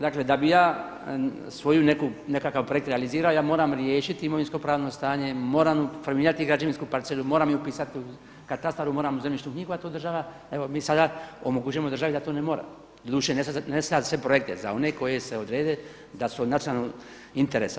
Dakle da bih ja svoj nekakav projekt realizirao ja moram riješiti imovinsko pravno stanje, moram formirati građevinsku parcelu, moram ju upisati u katastar, moram u zemljišnu knjigu a to država, evo mi sada omogućujemo državi da to ne mora, doduše ne za sve projekte, za one koji se odrede da su od nacionalnog interesa.